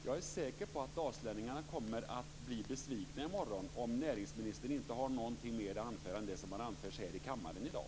Jag är säker på att dalslänningarna kommer att bli besvikna i morgon om näringsministern inte har mer att anföra än vad som har anförts här i kammaren i dag.